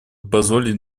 позволить